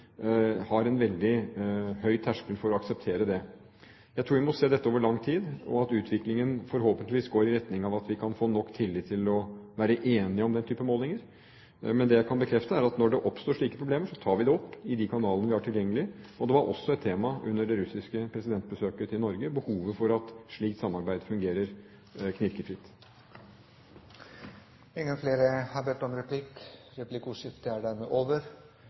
har en veldig høy terskel for å akseptere det. Jeg tror vi må se dette over lang tid, og at utviklingen forhåpentligvis går i retning av at vi kan få nok tillit til å bli enige om den type målinger. Men det jeg kan bekrefte er at når det oppstår slike problemer, tar vi det opp i de kanalene vi har tilgjengelig. Behovet for at slikt samarbeid fungerer knirkefritt var også et tema under det russiske presidentbesøket i Norge. Replikkordskiftet er omme. Flere har ikke bedt om ordet til sak nr. 4. La meg starte med det første først. Det er